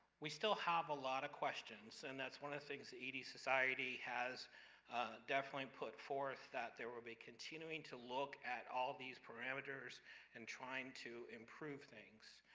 we still have a lot of questions and that's one of the things ed society has definitely put forth, that there will be continuing to look at all these parameters and trying to improve things,